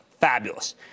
fabulous